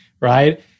right